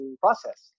process